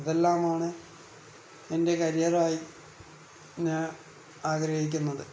ഇതെല്ലാമാണ് എൻ്റെ കരിയറായി ഞാൻ ആഗ്രഹിക്കുന്നത്